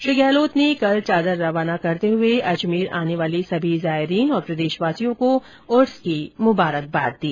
श्री गहलोत ने कल चादर रवाना करते हुए अजमेर आने वाले सभी जायरीन और प्रदेशवासियों को उर्स की मुबारकबाद दी